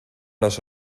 las